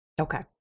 Okay